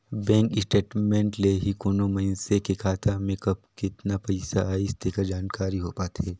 bank statement ले ही कोनो मइसने के खाता में कब केतना पइसा आइस तेकर जानकारी हो पाथे